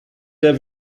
der